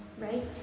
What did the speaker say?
Right